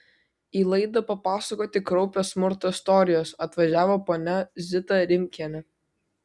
į laidą papasakoti kraupios smurto istorijos atvažiavo ponia zita rimkienė